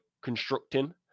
constructing